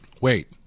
Wait